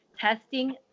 testing